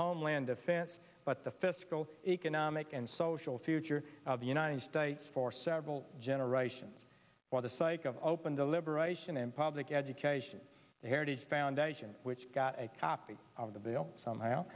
homeland defense but the fiscal economic and social future of the united states for several generations for the psyche of open deliberation and public education the heritage foundation which got a copy of the bill somehow